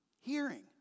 hearing